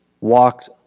walked